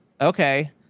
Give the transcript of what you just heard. Okay